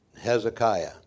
Hezekiah